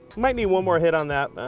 might need one more hit on that.